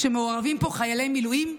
כשמעורבים פה חיילי מילואים,